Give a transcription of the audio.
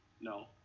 No